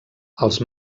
els